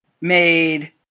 made